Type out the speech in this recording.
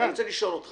אני רוצה לשאול אותך.